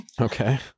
Okay